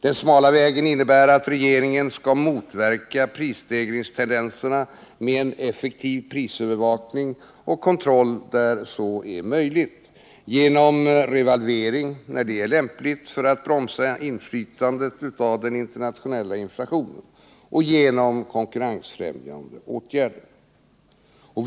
Den smala vägen innebär att regeringen skall motverka prisstegringstendenserna med en effektiv prisövervakning och kontroll där så är möjligt, genom revalvering där detta är lämpligt för att bromsa inflytandet av den internationella inflationen och genom konkurrensfrämjande åtgärder.